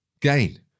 gain